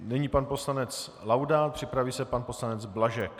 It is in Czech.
Nyní pan poslanec Laudát, připraví se pan poslanec Blažek.